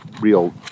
real